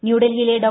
ന്യൂഡൽഹിയില്ലെ ഡോ